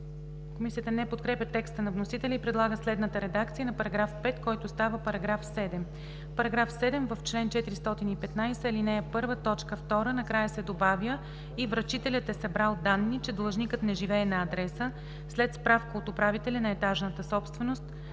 Комисията не подкрепя текста на вносителя и предлага следната редакция на § 5, който става § 7. „§ 7. В чл. 415, ал. 1, т. 2 накрая се добавя „и връчителят е събрал данни, че длъжникът не живее на адреса след справка от управителя на етажната собственост,